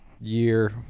year